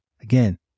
Again